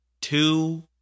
two